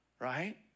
right